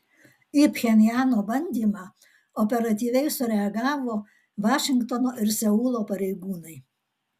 į pchenjano bandymą operatyviai sureagavo vašingtono ir seulo pareigūnai